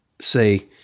say